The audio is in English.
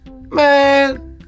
man